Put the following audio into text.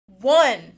One